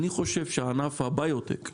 אני חושב שענף הביוטק בישראל,